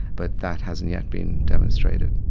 but that hasn't yet been demonstrated.